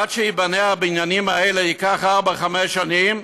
עד שייבנו הבניינים האלה יעברו ארבע-חמש שנים,